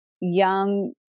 young